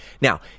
Now